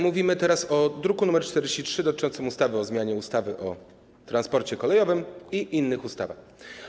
Mówimy teraz o druku nr 43 dotyczącym ustawy o zmianie ustawy o transporcie kolejowym i innych ustaw.